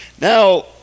now